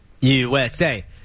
USA